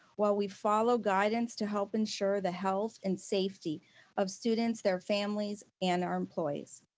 while we follow guidance to help ensure the health and safety of students, their families and our employees.